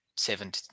seven